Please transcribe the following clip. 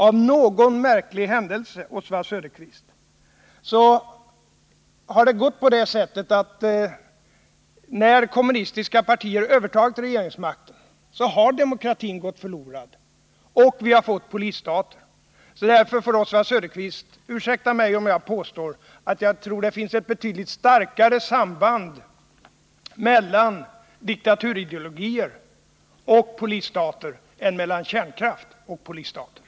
Av någon märklig anledning, Oswald Söderqvist, har demokratin gått förlorad när kommunistiska partier övertagit regeringsmakten, och polisstater har kommit till. Därför får Oswald Söderqvist ursäkta mig när jag påstår att det finns ett betydligt starkare samband mellan diktaturideologier och polisstater än mellan kärnkraft och polisstater.